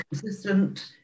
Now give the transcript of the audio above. consistent